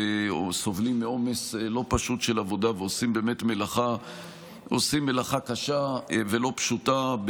סובלים מעומס לא פשוט של עבודה ועושים באמת מלאכה קשה ולא פשוטה,